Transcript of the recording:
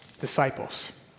disciples